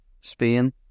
Spain